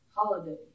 Holiday